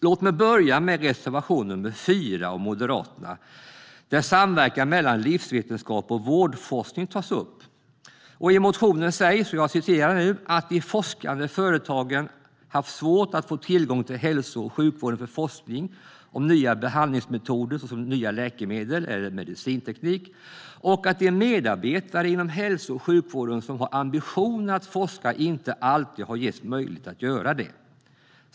Låt mig börja med reservation nr 4 av Moderaterna där samverkan mellan livsvetenskap och vårdforskning tas upp. I motionen sägs "att de forskande företagen haft svårt att få tillgång till hälso och sjukvården för forskning om nya behandlingsmetoder, såsom nya läkemedel eller medicinteknik, och att de medarbetare inom hälso och sjukvården som har ambitioner att forska inte alltid har getts möjlighet att göra det.